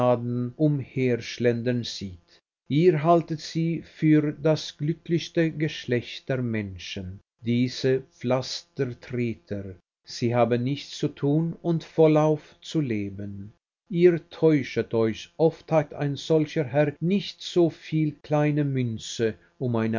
umherschlendern sieht ihr haltet sie für das glücklichste geschlecht der menschen diese pflastertreter sie haben nichts zu tun und vollauf zu leben ihr täuschet euch oft hat ein solcher herr nicht so viel kleine münze um eine